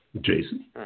Jason